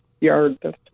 yard